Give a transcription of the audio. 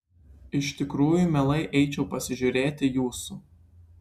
iš tikrųjų mielai eičiau pasižiūrėti jūsų